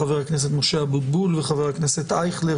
חבר הכנסת משה אבוטבול וחבר הכנסת אייכלר.